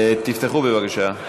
תפתחו בבקשה.